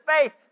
faith